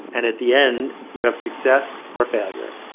and at the end, you have success or failure.